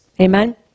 Amen